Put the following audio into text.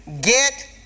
get